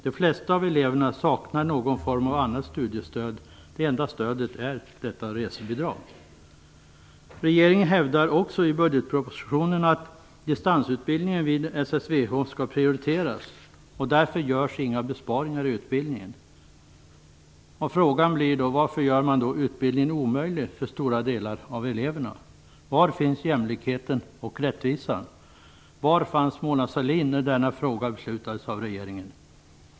De flesta av eleverna saknar någon form av annat studiestöd. Det enda stödet är detta resebidrag. Regeringen hävdar också i budgetpropositionen att distansutbildningen vid SSVH skall prioriteras. Därför görs inga besparingar i utbildningen. Varför gör man då utbildningen omöjlig för stora delar av eleverna? Var finns jämlikheten och rättvisan? Var fanns Mona Sahlin när denna fråga beslutades av regeringen?